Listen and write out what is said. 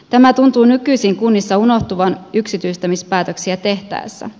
tämä tuntuu nykyisin kunnissa unohtuvan yksityistämispäätöksiä tehtäessä